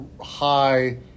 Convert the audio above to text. high